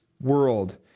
world